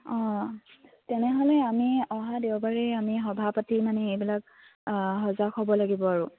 অঁ তেনেহ'লে আমি অহা দেওবাৰে আমি সভা পাতি মানে এইবিলাক সজাগ হ'ব লাগিব আৰু